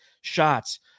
shots